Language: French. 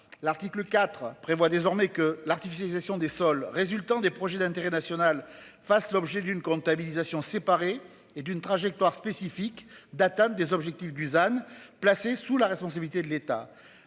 L'article 4 prévoit désormais que l'artificialisation des sols résultant des projets d'intérêt national fasse l'objet d'une comptabilisation séparés et d'une trajectoire spécifiques d'atteinte des objectifs Dusan placé sous la responsabilité de l'État